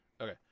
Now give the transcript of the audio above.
Okay